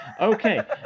Okay